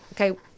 okay